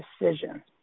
decision